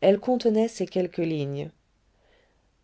elle contenait ces quelques lignes